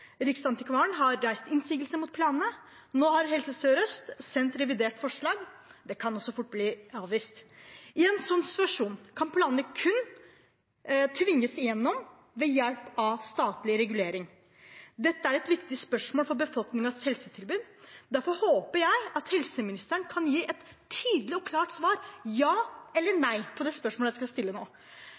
Riksantikvaren har reist innsigelser mot planene. Nå har Helse Sør-Øst sendt et revidert forslag. Det kan også fort bli avvist. I en sånn situasjon kan planen kun tvinges igjennom ved hjelp av statlig regulering. Dette er et viktig spørsmål for befolkningens helsetilbud. Derfor håper jeg at helseministeren kan gi et tydelig og klart svar – ja eller nei – på det spørsmålet jeg skal stille: